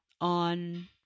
on